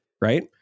right